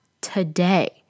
today